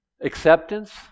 acceptance